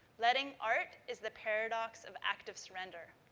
letting art is the paradox of active surrender.